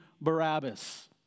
Barabbas